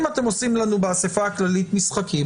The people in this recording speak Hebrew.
אם אתם עושים לנו באסיפה הכללית משחקים,